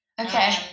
Okay